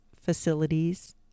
facilities